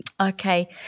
Okay